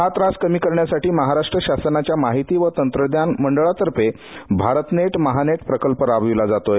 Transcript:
हा त्रास कमी करण्यासाठी महाराष्ट्र शासनाच्या माहिती व तंत्रज्ञान मंडळातर्फे भारत नेट महानेट प्रकल्प राबविला जातोय